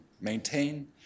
maintain